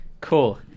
Cool